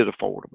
affordable